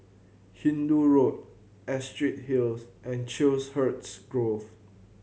Hindoo Road Astrid Hills and Chiselhurst Grove